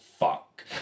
fuck